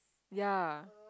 ya